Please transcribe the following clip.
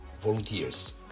Volunteers